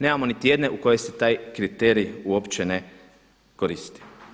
Nemamo niti jedne u kojoj se taj kriterij uopće ne koristi.